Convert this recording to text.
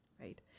right